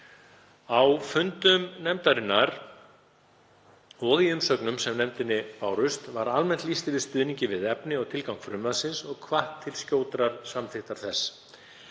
Á fundum nefndarinnar og í umsögnum sem nefndinni bárust var almennt lýst yfir stuðningi við efni og tilgang frumvarpsins og hvatt til skjótrar samþykktar þess.